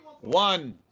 one